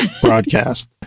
broadcast